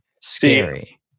Scary